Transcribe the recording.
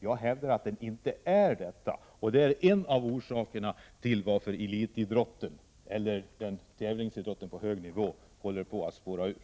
Jag hävdar att den inte är det, och det är en av orsakerna till att elitidrotten eller tävlingsidrotten på hög nivå håller på att spåra ur.